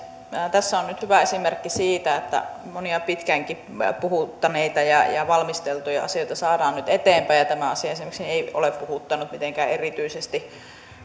tässä on nyt hyvä esimerkki siitä että monia pitkäänkin puhuttaneita ja ja valmisteltuja asioita saadaan nyt eteenpäin ja tämä asia esimerkiksi ei ole puhuttanut mitenkään erityisesti